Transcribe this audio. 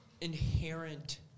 inherent